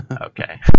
Okay